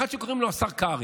אחד שקוראים לו השר קרעי.